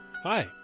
Hi